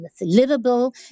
livable